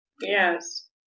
Yes